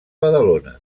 badalona